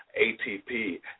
ATP